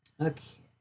okay